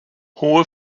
hohe